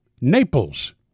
Naples